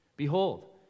Behold